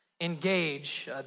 engage